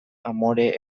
amore